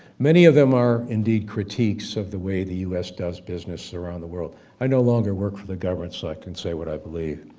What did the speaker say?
many of them are indeed critiques of the way the us does business around the world. i no longer work for the government so i can say what i believe.